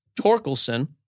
Torkelson